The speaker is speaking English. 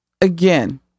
again